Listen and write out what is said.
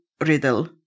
Riddle